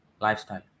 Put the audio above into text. lifestyle